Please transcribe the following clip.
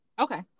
Okay